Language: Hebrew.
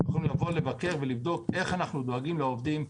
יכולים לבוא לבקר ולבדוק איך אנחנו דואגים לעובדים.